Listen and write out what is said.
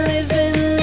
Living